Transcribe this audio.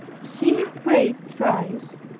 he prayed thrice,